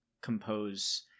compose